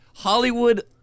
Hollywood